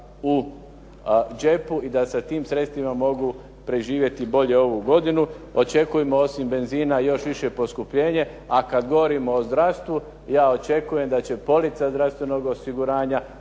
u džepu i da se tim sredstvima mogu preživjeti bolje ovu godinu. Očekujemo osim benzina još više poskupljenje, a kada govorimo o zdravstvu ja očekujem da će polica zdravstvenog osiguranja